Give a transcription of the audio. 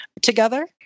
together